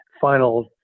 final